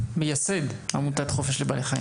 מייסד עמותת "חופש לבעלי חיים".